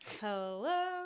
Hello